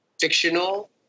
fictional